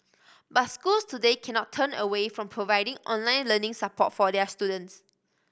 but schools today cannot turn away from providing online learning support for their students